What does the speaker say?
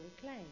claim